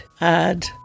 add